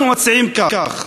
אנחנו מציעים כך,